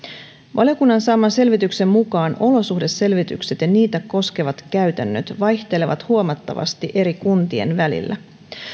valiokunnan saaman selvityksen mukaan olosuhdeselvitykset ja niitä koskevat käytännöt vaihtelevat huomattavasti eri kuntien välillä